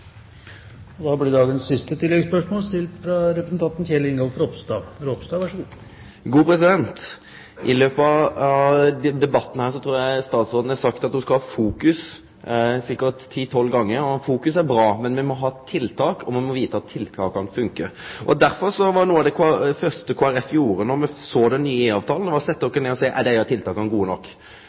Kjell Ingolf Ropstad – til oppfølgingsspørsmål. I løpet av debatten her trur eg statsråden ca. ti–tolv gonger har sagt at ho skal ha fokus. Fokus er bra, men me må ha tiltak, og me må vite at tiltaka funkar. Derfor var noko av det første Kristeleg Folkeparti gjorde då me såg den nye IA-avtalen, å setje oss ned og spørje: Er desse tiltaka gode nok?